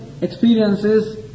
experiences